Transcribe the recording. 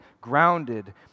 grounded